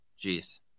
jeez